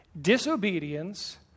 Disobedience